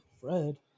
Fred